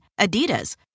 Adidas